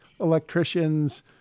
electricians